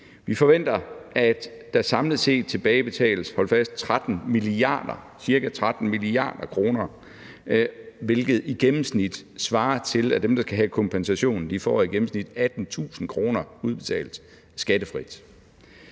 Vi forventer, at der samlet set tilbagebetales – hold nu fast – ca. 13 mia. kr., hvilket svarer til, at dem, der skal have kompensation, i gennemsnit får 18.000 kr. udbetalt skattefrit.